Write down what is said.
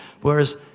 Whereas